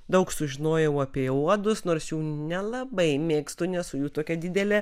daug sužinojau apie uodus nors jų nelabai mėgstu nesu jų tokia didelė